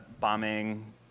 bombing